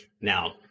now